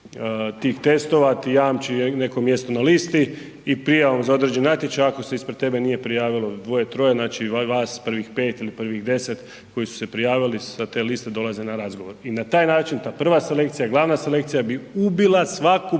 tih testova ti jamči neko mjesto na listi i prijavu za određeni natječaj ako se ispred tebe nije prijavilo dvoje, troje, znači vas prvih pet ili prvih 10 koji su se prijavili sa te liste dolaze na razgovor. I na taj način ta prva selekcija, glavna selekcija bi ubila svaku